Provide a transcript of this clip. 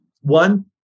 One